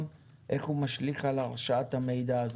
ועל איך הוא משליך על הרשאת המידע הזאת.